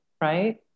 right